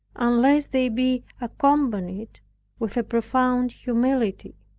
unless they be accompanied with a profound humility